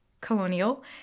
colonial